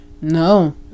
No